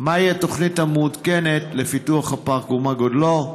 3. מהי התוכנית המעודכנת לפיתוח הפארק ומה גודלו?